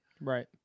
right